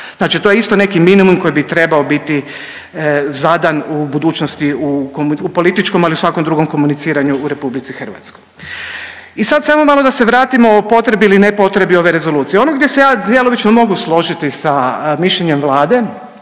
Znači to je isto neki minimum koji bi trebao biti zadan u budućnosti u, političkom, ali i u svakom drugom komuniciranju u RH. I sad samo malo da se vratimo o potrebi ili ne potrebi ove rezolucije. Ono gdje se ja djelomično mogu složiti sa mišljenjem Vlade